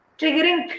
triggering